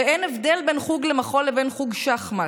הרי אין הבדל בין חוג מחול לבין חוג שחמט.